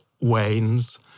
wanes